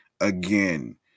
again